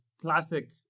classic